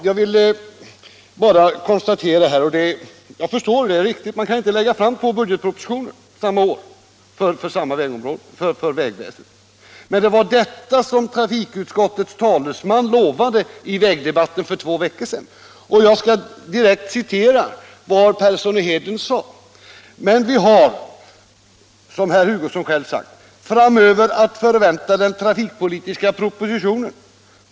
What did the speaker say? Jag förstår att man inte kan lägga fram två budgetpropositioner samma år beträffande vägväsendet. Men det var detta som trafikutskottets ta » lesman lovade i vägdebatten för två veckor sedan, och jag vill här citera vad herr Persson i Heden sade. Han yttrade: ”Men vi har — som herr Hugosson själv sagt — framöver att förvänta den trafikpolitiska propositionen.